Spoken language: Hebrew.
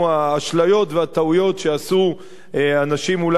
האשליות והטעויות שעשו אנשים אולי עם